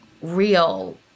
real